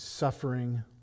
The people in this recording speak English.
suffering